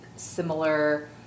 similar